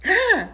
!huh!